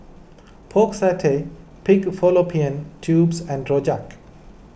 Pork Satay Pig Fallopian Tubes and Rojak